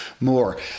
more